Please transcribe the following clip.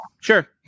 Sure